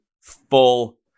full